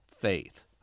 faith